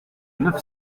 neuf